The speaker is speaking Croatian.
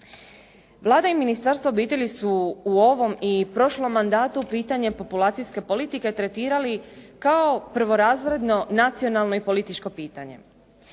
Vlada i ministarstvo obitelji su u ovom i prošlom mandatu pitanje populacijske politike tretirali kao prvorazredno nacionalno i političko pitanje.